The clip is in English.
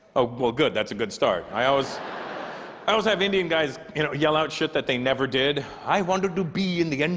oh well good. that's a good start. i always i don't have indian guys you know yell out shit that they never did i wanted to be in the and